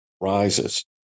rises